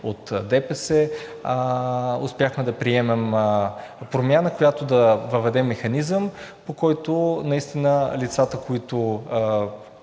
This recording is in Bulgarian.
от ДПС, успяхме да приемем промяна, с която да въведем механизъм, по който наистина лицата, които